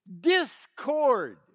discord